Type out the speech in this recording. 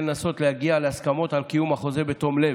לנסות להגיע להסכמות על קיום החוזה בתום לב,